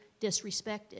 disrespected